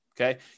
okay